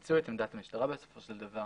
אימצו את עמדת המשטרה בסופו של דבר,